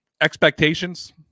expectations